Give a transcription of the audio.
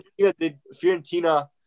Fiorentina